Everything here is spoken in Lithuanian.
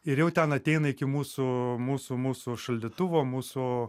ir jau ten ateina iki mūsų mūsų mūsų šaldytuvo mūsų